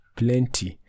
plenty